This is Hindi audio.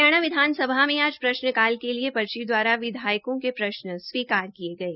हरियाणा विधानसभा में आज प्रश्नकाल के लिए पर्ची द्वारा विधायकों के प्रश्न स्वीकार किये गये